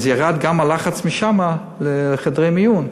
ירד שם הלחץ מחדרי המיון?